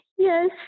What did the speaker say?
yes